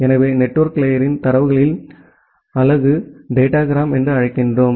எனவே நெட்வொர்க் லேயரில் தரவுகளின் அலகு டேட்டாகிராம் என்று அழைக்கிறோம்